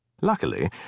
Luckily